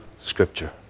scripture